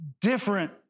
different